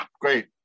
great